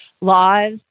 laws